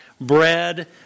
bread